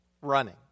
running